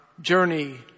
journey